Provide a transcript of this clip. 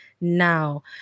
now